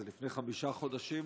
זה לפני חמישה חודשים,